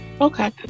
Okay